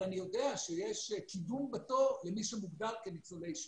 אבל אני יודע שיש קידום בתור למי שמוגדר כניצול שואה.